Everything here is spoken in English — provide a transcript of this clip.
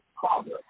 Father